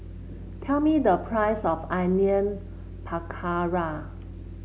tell me the price of Onion Pakora